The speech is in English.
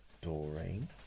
Doreen